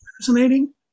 fascinating